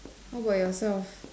how about yourself